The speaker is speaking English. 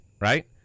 right